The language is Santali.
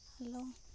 ᱦᱮᱞᱳ